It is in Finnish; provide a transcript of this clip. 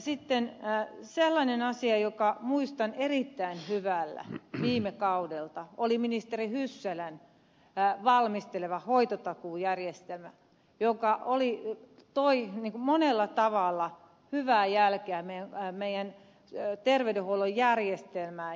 sitten sellainen asia jota muistan erittäin hyvällä viime kaudelta oli ministeri hyssälän valmistelema hoitotakuujärjestelmä joka toi monella tavalla hyvää jälkeä terveydenhuollon järjestelmään